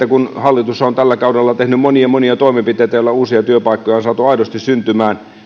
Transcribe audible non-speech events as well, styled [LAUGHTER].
[UNINTELLIGIBLE] kun hallitus on tällä kaudella tehnyt monia monia toimenpiteitä joilla uusia työpaikkoja on saatu aidosti syntymään